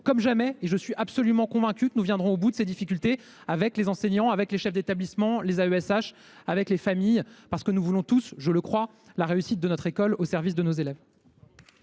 nationale. Je suis absolument convaincu que nous viendrons au bout de ces difficultés, en lien avec les enseignants, les chefs d’établissement, les AESH et les familles, car nous voulons tous, je le crois, la réussite de notre école et de nos élèves.